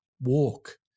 Walk